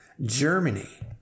Germany